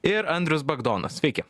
ir andrius bagdonas sveiki